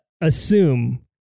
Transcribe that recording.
assume